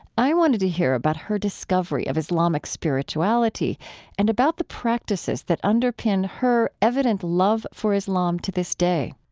i wanted to hear about her discovery of islamic spirituality and about the practices that underpin her evident love for islam to this day